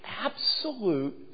absolute